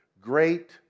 great